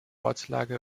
ortslage